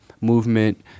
movement